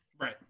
Right